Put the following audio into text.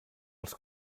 els